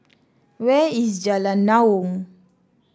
where is Jalan Naung